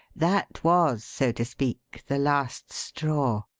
that was, so to speak, the last straw.